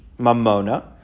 Mamona